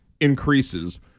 increases